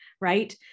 right